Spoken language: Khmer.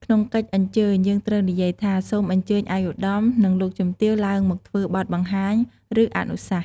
ក្នុងកិច្ចអញ្ជើញ យើងត្រូវនិយាយថា សូមអញ្ជើញឯកឧត្តម និងលោកជំទាវឡើងមកធ្វើបទបង្ហាញ ឬអនុសាសន៍។